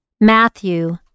Matthew